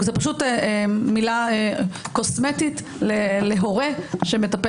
זאת פשוט מילה קוסמטית להורה שמטפל